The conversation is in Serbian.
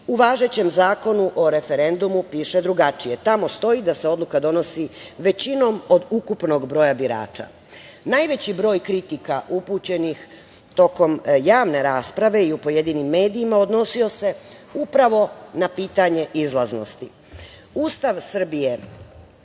važećem Zakonu o referendumu piše drugačije. Tamo stoji da se odluka donosi većinom od ukupnog broja birača. Najveći broj kritika upućenih tokom javne rasprave i u pojedinim medijima odnosio se upravo na pitanje izlaznosti. Ustav Srbije